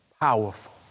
Powerful